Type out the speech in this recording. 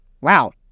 Wow